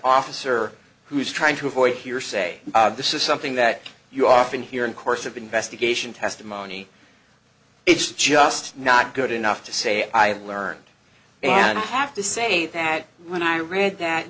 officer who is trying to avoid hearsay this is something that you often hear in course of investigation testimony it's just not good enough to say i have learned and i have to say that when i read that